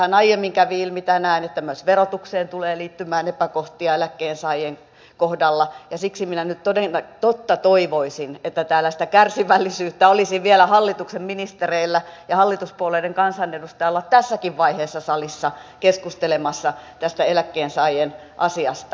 tässähän aiemmin tänään kävi ilmi että myös verotukseen tulee liittymään epäkohtia eläkkeensaajien kohdalla ja siksi minä nyt toden totta toivoisin että tällaista kärsivällisyyttä olisi vielä hallituksen ministereillä ja hallituspuolueiden kansanedustajilla tässäkin vaiheessa salissa keskustella tästä eläkkeensaajien asiasta